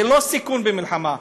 זה לא סיכון למלחמה,